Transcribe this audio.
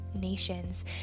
nations